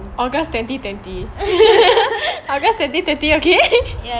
august twenty twenty august twenty twenty